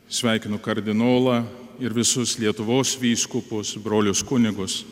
sveikinu kardinolą ir visus lietuvos vyskupus brolius kunigus